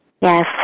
Yes